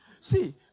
see